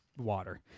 water